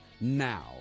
now